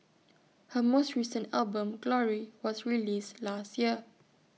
her most recent album glory was released last year